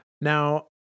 Now